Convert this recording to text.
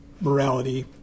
morality